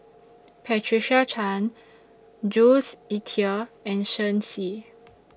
Patricia Chan Jules Itier and Shen Xi